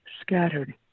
scattered